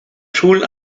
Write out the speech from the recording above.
schulen